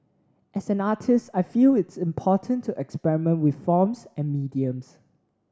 as an artist I feel it is important to experiment with forms and mediums